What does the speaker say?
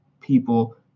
people